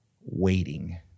waiting